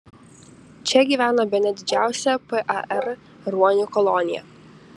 čia gyvena bene didžiausia par ruonių kolonija